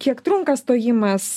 kiek trunka stojimas